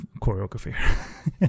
choreography